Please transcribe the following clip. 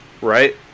Right